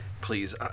Please